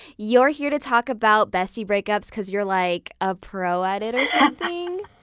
you're here to talk about bestie breakups cause you're like a pro at it or something?